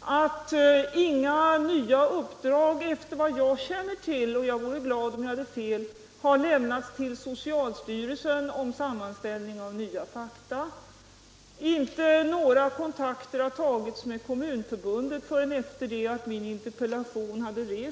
att inga nya uppdrag efter vad jag känner till — jag vore glad om jag hade fel — har lämnats till socialstyrelsen om sammanställning av nya fakta och att inte några kontakter tagits med Kommunförbundet innan min interpellation lades fram.